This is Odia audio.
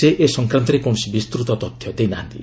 ସେ ଏ ସଂକାନ୍ତରେ କୌଣସି ବିସ୍ତୃତ ତଥ୍ୟ ଦେଇନାହାନ୍ତି